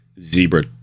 zebra